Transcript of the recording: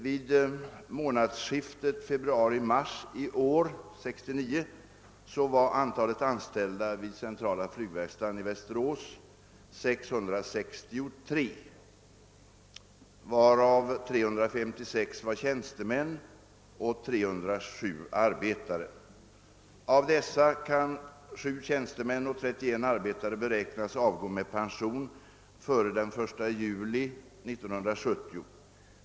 Vid månadsskiftet februari—mars 1969 var antalet anställda vid centrala flygverkstaden i Västerås 663, varav 306 tjänstemän och 307 arbetare. Av dessa kan 7 tjänstemän och 31 arbetare beräknas avgå med pension före den 1 juli 1970.